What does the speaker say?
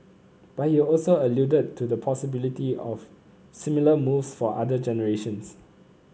but he also alluded to the possibility of similar moves for other generations